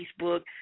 Facebook